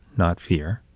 not fear.